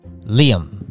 Liam